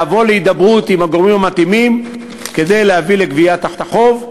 לבוא להידברות עם הגורמים המתאימים כדי להביא לגביית החוב,